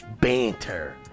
BANTER